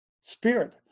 Spirit